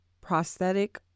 prosthetic